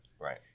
Right